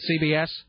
CBS